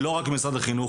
לא רק עם משרד החינוך,